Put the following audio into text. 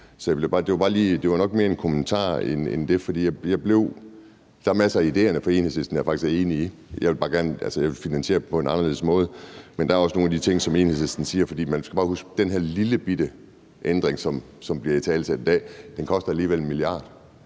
det var nok mere en kommentar, for jeg blev sådan, at der er masser af idéerne fra Enhedslisten, jeg faktisk er enig i – jeg vil bare gerne finansiere dem på en anden måde – men der er også nogle af de ting, som Enhedslisten siger, hvor man bare skal huske, at den her lillebitte ændring, som bliver italesat i dag, alligevel koster